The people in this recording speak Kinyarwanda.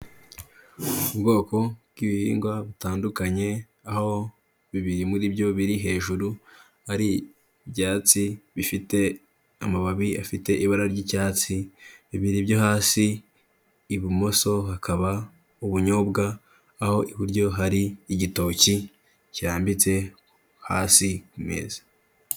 Ubwoko bw'ibihingwa butandukanye, aho bibiri muri byo biri hejuru, hari ibyatsi bifite amababi afite ibara ry'icyatsi, bibiri byo hasi, ibumoso hakaba ubunyobwa, aho iburyo hari igitoki kirambitse hasi ku meza.